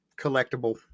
collectible